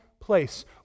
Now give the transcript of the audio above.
place